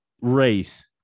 race